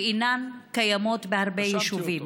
שאינן קיימות בהרבה יישובים.